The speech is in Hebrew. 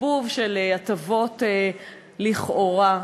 גיבוב של הטבות לכאורה,